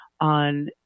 on